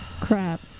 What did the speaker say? Crap